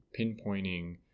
pinpointing